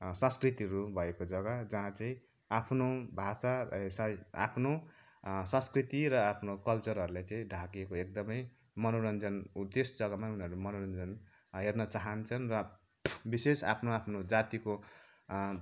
संस्कृतिहरू भएको जग्गा जहाँ चाहिँ आफ्नो भाषा साइत् आफ्नो संस्कृति र आफ्नु कल्चहरूले चाहिँ ढाकेको एकदमै मनोरञ्जन त्यस जग्गामा उनीहरू मनोरञ्जन हेर्न चाहन्छन् र विशेष आफ्नो आफ्नो जातिको